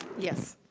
yes.